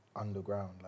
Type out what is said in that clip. underground